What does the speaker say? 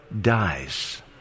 dies